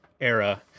era